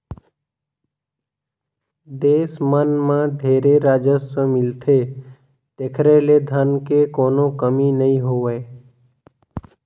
देस मन मं ढेरे राजस्व मिलथे तेखरे चलते धन के कोनो कमी नइ होय